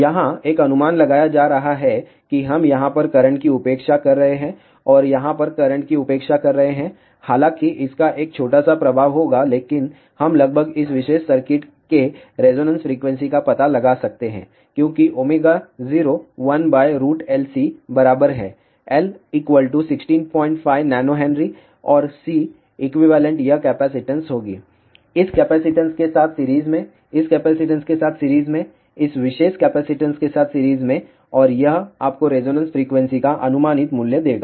यहाँ एक अनुमान लगाया जा रहा है कि हम यहाँ पर करंट की उपेक्षा कर रहे हैं और यहाँ पर करंट की उपेक्षा कर रहे हैं हालाँकि इसका एक छोटा सा प्रभाव होगा लेकिन हम लगभग इस विशेष सर्किट के रेजोनेंस फ्रीक्वेंसी का पता लगा सकते हैं क्योंकि ओमेगा 0 1LCबराबर है L 165 nH और C इक्विवेलेंट यह कैपेसिटेंस होगी इस कैपेसिटेंस के साथ सीरीज में इस कैपेसिटेंस के साथ सीरीज में इस विशेष कैपेसिटेंस के साथ सीरीज में और यह आपको रेजोनेंस फ्रीक्वेंसी का अनुमानित मूल्य देगा